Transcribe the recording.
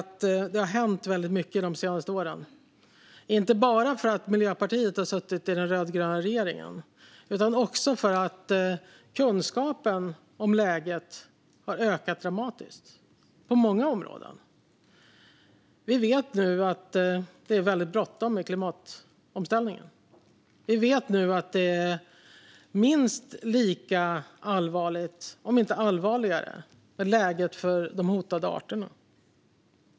Det har hänt väldigt mycket under de senaste åren, inte bara för att Miljöpartiet har suttit i den rödgröna regeringen utan också för att kunskapen om läget på många områden har ökat dramatiskt. Vi vet att det är bråttom med klimatomställningen. Läget för de hotade arterna är minst lika allvarligt, om inte allvarligare.